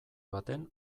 baten